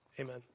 Amen